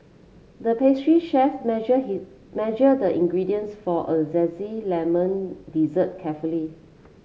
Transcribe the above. the pastry chef measured measured the ingredients for a zesty lemon dessert carefully